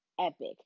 epic